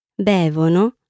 bevono